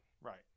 Right